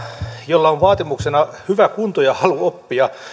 jolla on vaatimuksena hyvä kunto ja halu oppia